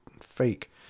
fake